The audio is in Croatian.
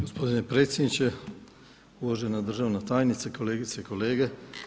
Gospodine predsjedniče, uvažena državna tajnice, kolegice i kolege.